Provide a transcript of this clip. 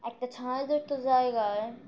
একটা ছায়াযুক্ত জায়গায়